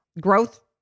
growth